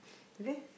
there